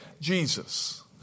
Jesus